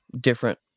different